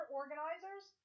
organizers